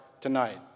tonight